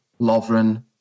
Lovren